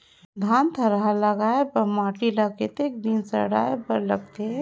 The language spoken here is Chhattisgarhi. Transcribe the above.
धान थरहा लगाय बर माटी ल कतेक दिन सड़ाय बर लगथे?